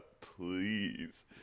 Please